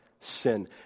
sin